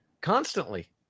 Constantly